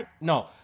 no